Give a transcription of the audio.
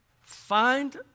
Find